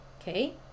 okay